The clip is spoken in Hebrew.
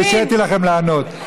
הרשיתי לכם לענות.